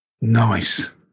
nice